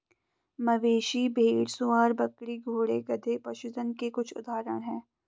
मवेशी, भेड़, सूअर, बकरी, घोड़े, गधे, पशुधन के कुछ उदाहरण हैं